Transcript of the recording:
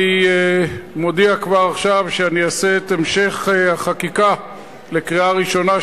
אני מודיע כבר עכשיו שאני אעשה את המשך החקיקה לקריאה ראשונה,